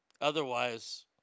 Otherwise